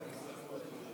לרשותך עד עשר דקות.